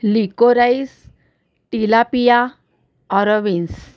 liquorice tilapia अरोविन्स्